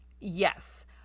Yes